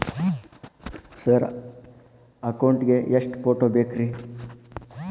Sir account ಗೇ ಎಷ್ಟು photo ಬೇಕ್ರಿ?